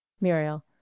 Muriel